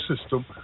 system